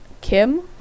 Kim